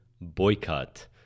Boycott